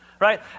right